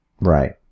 Right